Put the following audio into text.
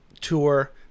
tour